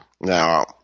Now